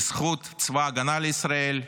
בזכות צבא הגנה לישראל,